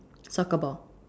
soccer ball